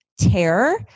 terror